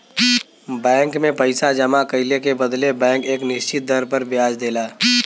bank में पइसा जमा कइले के बदले बैंक एक निश्चित दर पर ब्याज देला